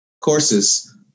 courses